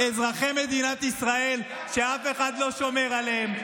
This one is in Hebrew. אזרחי מדינת ישראל, שאף אחד לא שומר עליהם.